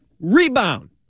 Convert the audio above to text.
rebound